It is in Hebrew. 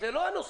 זה לא הנושא.